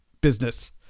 business